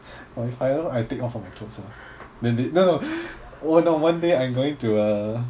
!wah! if I ever I take off all my clothes how then they no oh no one day I'm going to uh